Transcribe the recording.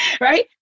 Right